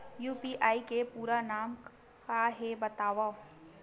UPI के पूरा नाम का हे बतावव?